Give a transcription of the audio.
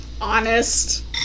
honest